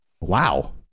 Wow